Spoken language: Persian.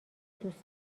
دوست